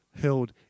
held